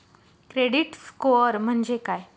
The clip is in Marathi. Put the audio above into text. क्रेडिट स्कोअर म्हणजे काय?